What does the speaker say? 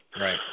Right